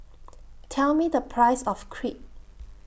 Tell Me The Price of Crepe